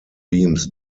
beams